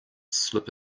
slip